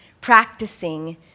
practicing